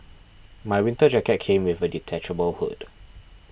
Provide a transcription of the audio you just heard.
my winter jacket came with a detachable hood